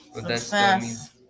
Success